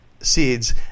seeds